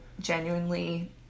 genuinely